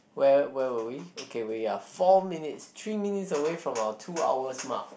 where where were we okay we are four minutes three minutes away from our two hours mark